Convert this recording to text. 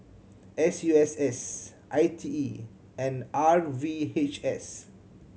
S U S S I T E and R V H S